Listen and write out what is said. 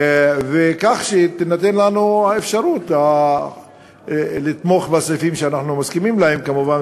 כך שתינתן לנו האפשרות לתמוך בסעיפים שאנחנו מסכימים להם כמובן,